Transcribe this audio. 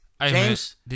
James